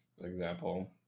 example